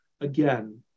again